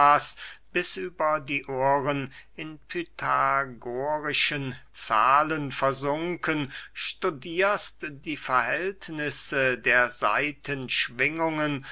bis über die ohren in pythagorischen zahlen versunken studierst die verhältnisse der